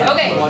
Okay